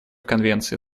конвенции